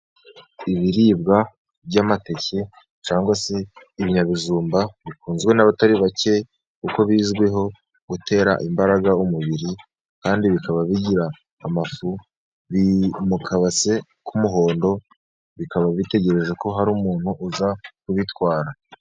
Ibiribwa by'amateke cyangwa se ibinyabijumba bikunzwe n'abatari bake, kuko bizwiho gutera imbaraga umubiri, kandi bikaba bigira amafu. Biri mu kabase k'umuhondo, bikaba bitegereje ko hari umuntu uza kubitwara.